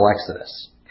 Exodus